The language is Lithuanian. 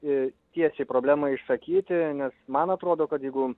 į tiesiai problemą išsakyti nes man atrodo kad jeigu